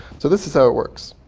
so this is how it works.